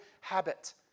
habit